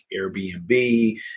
Airbnb